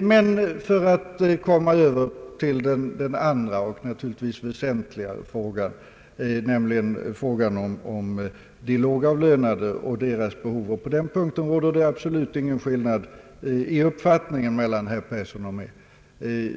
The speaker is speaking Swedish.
Men jag kommer över till den andra och naturligtvis väsentligare frågan om de lågavlönade och deras behov. På den punkten råder det absolut ingen skillnad i uppfattningen mellan herr Persson och mig.